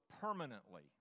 permanently